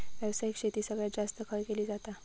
व्यावसायिक शेती सगळ्यात जास्त खय केली जाता?